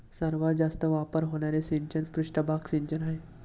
सर्वात जास्त वापर होणारे सिंचन पृष्ठभाग सिंचन आहे